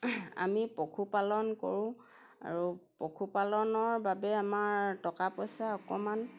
আমি পশুপালন কৰোঁ আৰু পশুপালনৰ বাবে আমাৰ টকা পইচা অকণমান